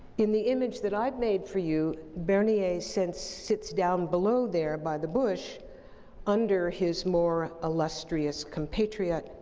in the image that i've made for you, bernier sits sits down below there by the bush under his more illustrious compatriot,